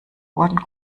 wurden